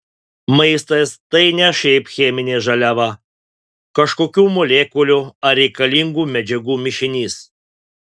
maistas tai ne šiaip cheminė žaliava kažkokių molekulių ar reikalingų medžiagų mišinys